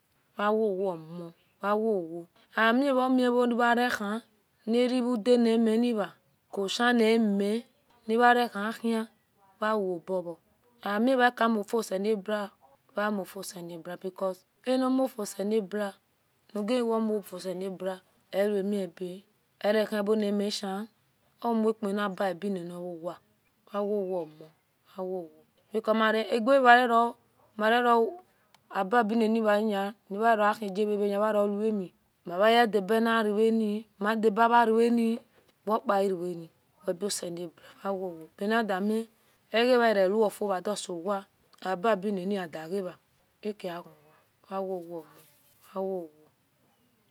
Wea wowo omo wea wowo oawemivoumerhi narewhodia nmanu wa okosh nme uwerecash waoboro oamirkimufioselebua weamufio selebua because anomufioselebua nagimufioselebua ewemiba erehibonmeshn omupani aba binini uwa wi wowo omo wi wowo because agenyarere woababininuwaya uwe-eahigrava welumi mamaedabanarean madabava rean wopa irevani webi oselebua wa wo wo anidami eqeuwoewofio wasuwa aba binini nadigewa akia ghon-ghon wa wowo omo wa wowo